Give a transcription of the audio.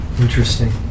Interesting